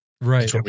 Right